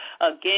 again